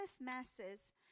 masses